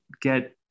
get